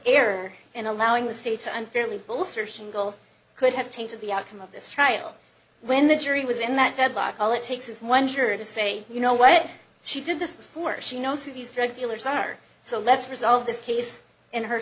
error in allowing the state to unfairly bolster shingle could have changed the outcome of this trial when the jury was in that deadlock all it takes is one juror to say you know what she did this before she knows who these drug dealers are so let's resolve this case in her